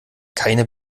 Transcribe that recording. keine